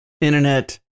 internet